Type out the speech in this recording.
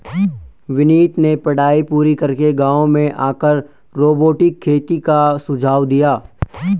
विनीत ने पढ़ाई पूरी करके गांव में आकर रोबोटिक खेती का सुझाव दिया